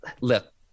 look